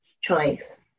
choice